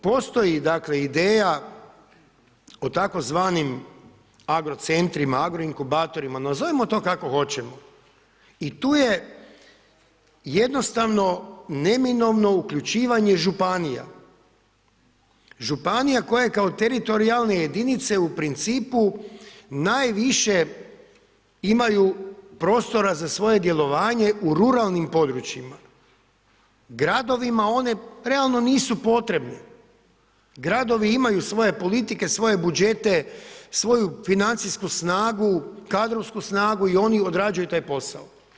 Postoji dakle ideja o tzv. agrocentrima, agroinkubatorima, nazovimo to kako hoćemo i tu je jednostavno neminovno uključivanje županija, županije koje kao teritorijalne jedinice u principu najviše imaju prostora za svoje djelovanje u ruralnim područjima, gradovima oni relativno nisu potrebni, gradovi imaju svoje politike, svoje budžete, svoju financijsku snagu, kadrovsku snagu i oni odrađuju taj posao.